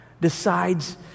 decides